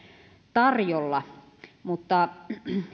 tarjolla mutta